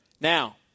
Now